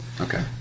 Okay